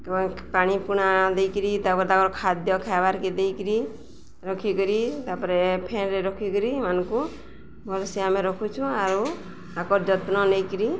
ପାଣି ପୁଣା ଦେଇକିରି ତାପରେ ତାଙ୍କର ଖାଦ୍ୟ ଖାଇଆବାକୁ ଦେଇକରି ରଖିକରି ତାପରେ ଫ୍ୟାନରେ ରଖିକରି ଏମାନଙ୍କୁ ଭଲରେ ଆମେ ରଖୁଛୁ ଆଉ ତାଙ୍କର ଯତ୍ନ ନେଇକିରି